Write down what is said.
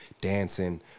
dancing